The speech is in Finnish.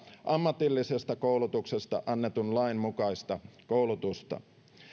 ammatillisesta koulutuksesta annetun lain mukaista koulutusta